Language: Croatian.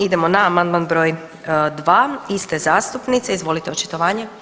Idemo na amandman br. 2. iste zastupnice, izvolite očitovanje.